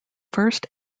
first